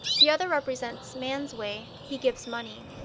the other represents man's way he gives money.